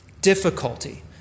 difficulty